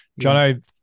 Jono